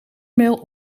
mail